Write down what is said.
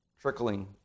trickling